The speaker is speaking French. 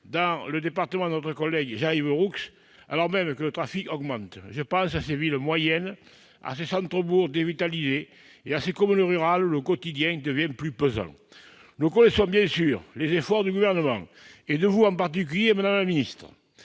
dans le département de notre collègue Jean-Yves Roux, alors même que le trafic augmente. Je pense à ces villes moyennes, à ces centres-bourgs dévitalisés et à ces communes rurales, où le quotidien devient plus pesant. Nous connaissons bien sûr les efforts du Gouvernement, en particulier les vôtres, madame la ministre,